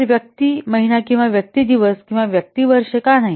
तर व्यक्ती महिना किंवा व्यक्ती दिवस किंवा व्यक्ती वर्षे का नाही